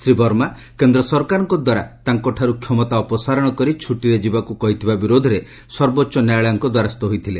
ଶ୍ରୀ ବର୍ମା କେନ୍ଦ୍ର ସରକାରଙ୍କ ଦ୍ୱାରା ତାଙ୍କଠାରୁ କ୍ଷମତା ଅପସାରଣ କରି ଛୁଟିରେ ଯିବାକୁ କହିଥିବା ବିରୋଧରେ ସର୍ବୋଚ୍ଚ ନ୍ୟାୟାଳୟଙ୍କ ଦ୍ୱାରସ୍ଥ ହୋଇଥିଲେ